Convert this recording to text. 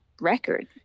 record